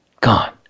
Gone